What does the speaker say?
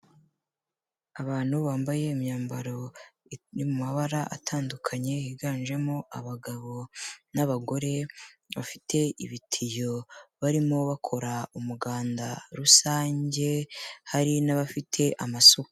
Abantu bambaye imyambaro iri mu mabara atandukanye higanjemo abagabo n'abagore bafite ibitiyo barimo bakora umuganda rusange hari n'abafite amasuka.